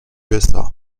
usa